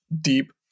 deep